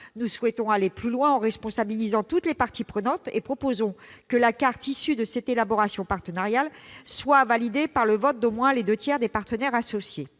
nous souhaitons aller plus loin, en responsabilisant toutes les parties prenantes. Ainsi proposons-nous que la carte issue de cette élaboration partenariale soit validée par le vote de deux tiers au moins des partenaires associés.